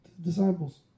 disciples